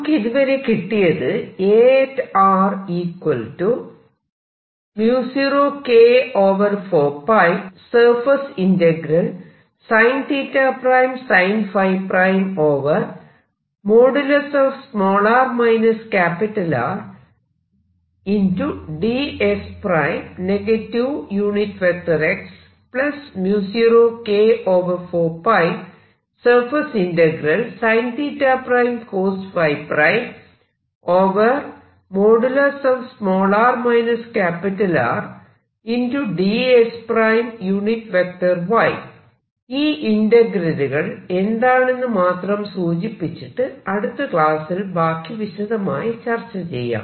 നമുക്കിതുവരെ കിട്ടിയത് ഈ ഇന്റെഗ്രേലുകൾ എന്താണെന്ന് മാത്രം സൂചിപ്പിച്ചിട്ട് അടുത്ത ക്ലാസ്സിൽ ബാക്കി വിശദമായി ചർച്ച ചെയ്യാം